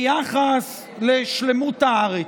ביחס לשלמות הארץ.